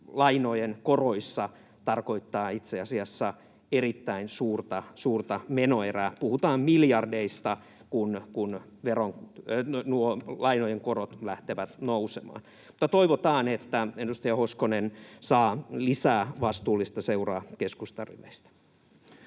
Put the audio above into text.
valtionlainojen koroissa tarkoittaa itse asiassa erittäin suurta menoerää. Puhutaan miljardeista, kun nuo lainojen korot lähtevät nousemaan. Mutta toivotaan, että edustaja Hoskonen saa lisää vastuullista seuraa keskustan riveistä.